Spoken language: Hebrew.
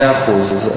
מאה אחוז.